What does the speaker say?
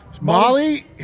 Molly